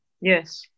Yes